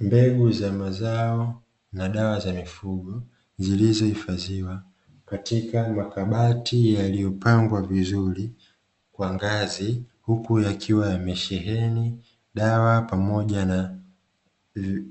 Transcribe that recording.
Mbegu za mazao na dawa za mifugo zilizohifadhiwa katika makabati yaliyopangwa vizuri kwa ngazi huku yakiwa yamesheheni dawa pamoja na